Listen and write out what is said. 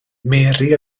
mary